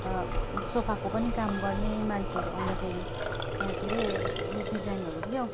अन्त सोफाको पनि काम गर्ने मान्छेहरू आउँदाफेरि के रे यो डिजाइनहरू क्याउ